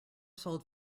sold